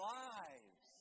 lives